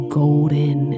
golden